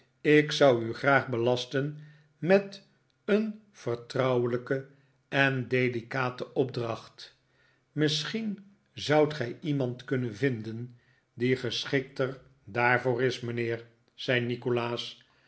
ik zou u graag belasten met een vertrouwelijke en delicate opdracht misschien zoudt gij iemand kunnen vinden die geschikter daarvoor is mijnheer zei nikolaas